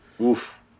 Oof